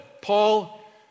Paul